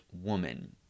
woman